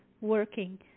working